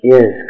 Yes